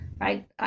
right